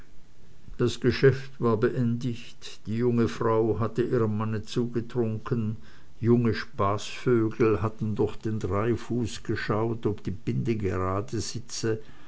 das geschäft war beendigt die junge frau hatte ihrem manne zugetrunken junge spaßvögel hatten durch den dreifuß geschaut ob die binde gerade sitze